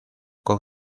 con